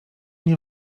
nie